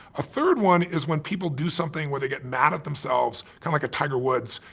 a third one is when people do something where they get mad at themselves, kinda like a tiger woods,